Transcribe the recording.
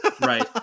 Right